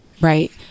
Right